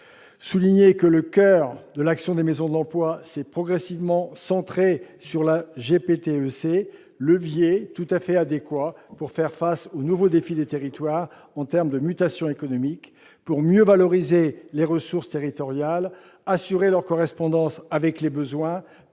également que le coeur de l'action des maisons de l'emploi s'est progressivement centré sur la GPTEC, levier tout à fait adéquat pour faire face aux nouveaux défis des territoires en termes de mutations économiques pour mieux valoriser les ressources territoriales, assurer leur correspondance avec les besoins,